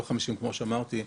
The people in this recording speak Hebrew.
לא 50 אחוז כמו שאמרתי מקודם,